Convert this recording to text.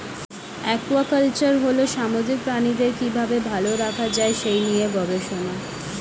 aquaculture হল সামুদ্রিক প্রাণীদের কি ভাবে ভালো রাখা যায় সেই নিয়ে গবেষণা